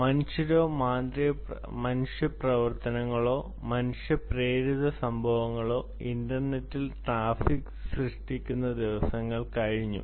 മനുഷ്യരോ മനുഷ്യ പ്രവർത്തനമോ മനുഷ്യ പ്രേരിത സംഭവങ്ങളോ ഇന്റർനെറ്റിൽ ട്രാഫിക് സൃഷ്ടിക്കുന്ന ദിവസങ്ങൾ കഴിഞ്ഞു